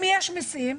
אם יש מיסים,